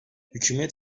hükümet